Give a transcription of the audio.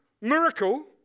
miracle